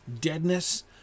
Deadness